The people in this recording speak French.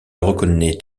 reconnaît